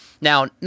Now